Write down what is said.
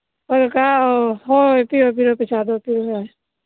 ꯍꯣꯏ ꯀꯀꯥ ꯑꯧ ꯍꯣꯏ ꯍꯣꯏ ꯄꯤꯔꯣ ꯄꯤꯔꯣ ꯄꯩꯁꯥꯗꯣ ꯄꯤꯔꯣ ꯌꯥꯔꯦ